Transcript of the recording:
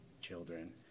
children